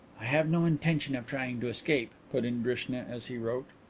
i have no intention of trying to escape, put in drishna, as he wrote.